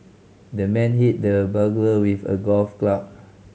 the man hit the burglar with a golf club